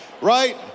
right